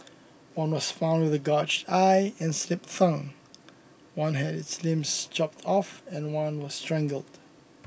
one was found with a gouged eye and slit tongue one had its limbs chopped off and one was strangled